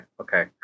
okay